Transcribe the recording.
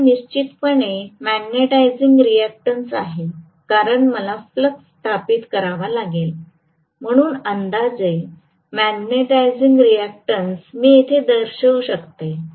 माझ्याकडे निश्चितपणे magnetising reactance आहे कारण मला फ्लक्स स्थापित करावा लागेल म्हणून अंदाजे मॅग्नेटिझिंग रीएक्टन्स मी येथे दर्शवू शकते